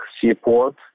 seaport